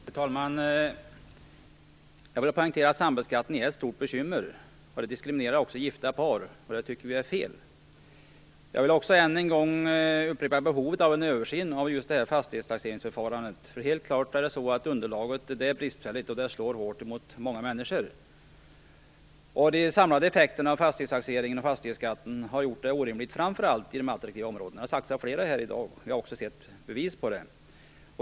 Fru talman! Jag vill poängtera att sambeskattningen är ett stort bekymmer. Den diskriminerar också gifta par, och det tycker vi är fel. Jag vill också än en gång upprepa behovet av en översyn av fastighetstaxeringsförfarandet. Underlaget är helt klart bristfälligt, och detta slår hårt mot många människor. De samlade effekterna av fastighetstaxeringen och fastighetsskatten har gjort situationen orimlig, framför allt i de attraktiva områdena. Det har sagts av flera här i dag, och vi har också sett bevis på det.